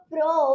Pro